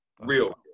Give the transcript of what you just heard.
real